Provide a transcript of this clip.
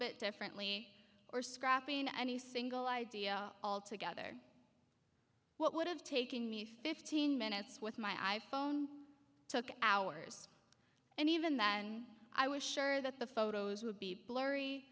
bit differently or scrapping any single idea altogether what would have taken me fifteen minutes with my iphone took hours and even then i was sure that the photos would be blurry